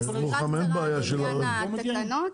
סקירה קצרה בעניין התקנות,